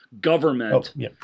government